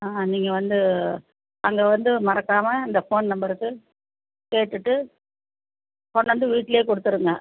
ஆ நீங்கள் வந்து அங்கே வந்து மறக்காமல் இந்த ஃபோன் நம்பருக்கு கேட்டுவிட்டு கொண்டாந்து வீட்லேயே கொடுத்துருங்க